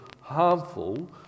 harmful